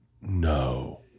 no